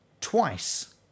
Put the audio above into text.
twice